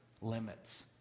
limits